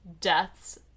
deaths